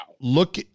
look